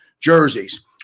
jerseys